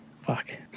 Fuck